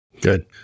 Good